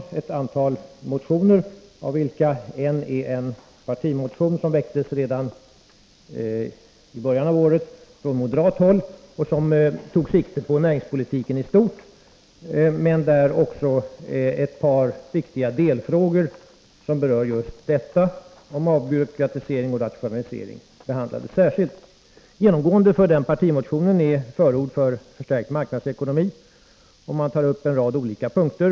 En av dessa motioner är en partimotion som väcktes redan i början av året från moderat håll. I den motionen tar man sikte på näringspolitiken i stort. I motionen behandlas särskilt ett par viktiga delfrågor som berör avbyråkratisering och rationalisering. Genomgående för denna partimotion är förord för förstärkt marknadsekonomi, och motionen tar upp en rad olika punkter.